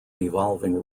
evolving